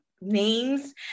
names